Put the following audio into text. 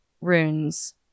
runes